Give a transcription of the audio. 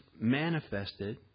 manifested